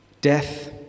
death